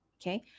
Okay